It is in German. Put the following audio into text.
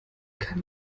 kann